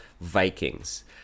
Vikings